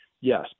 yes